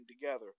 together